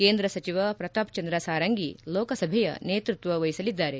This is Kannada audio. ಕೇಂದ್ರ ಸಚಿವ ಪ್ರತಾಪ್ ಚಂದ್ರ ಸಾರಂಗಿ ಲೋಕಸಭೆಯ ನೇತೃತ್ವ ವಹಿಸಲಿದ್ದಾರೆ